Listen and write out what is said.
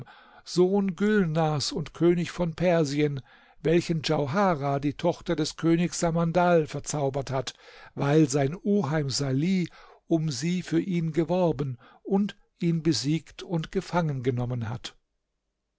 sohn gülnars und könig von persien welchen djauharah die tochter des königs samandal verzaubert hat weil sein oheim salih um sie für ihn geworben und ihn besiegt und gefangen genommen hat